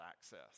access